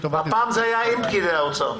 הפעם זה היה עם פקידי האוצר.